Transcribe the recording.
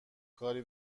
کاری